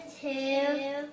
two